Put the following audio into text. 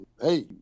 Hey